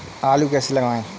आलू कैसे लगाएँ?